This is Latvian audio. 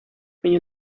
viņu